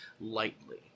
lightly